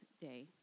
day